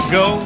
go